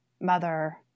mother